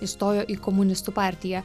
įstojo į komunistų partiją